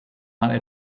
mal